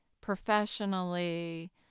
professionally